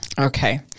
Okay